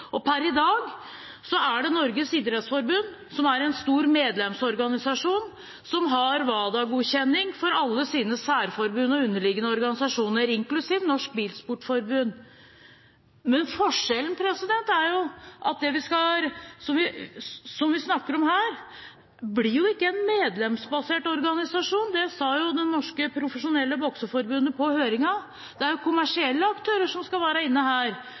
Og per i dag er det Norges idrettsforbund, som er en stor medlemsorganisasjon, som har WADA-godkjenning for alle sine særforbund og underliggende organisasjoner, inklusiv Norges Bilsportforbund. Men forskjellen er at det vi snakker om her, ikke blir en medlemsbasert organisasjon, det sa jo Norges Profesjonelle Bokseforbund på høringen. Det er kommersielle aktører som skal inn her,